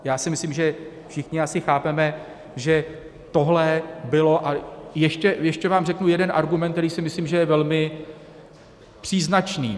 Já si myslím, že všichni asi chápeme, že tohle bylo a ještě vám řeknu jeden argument, který si myslím, že je velmi příznačný.